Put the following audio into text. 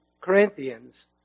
Corinthians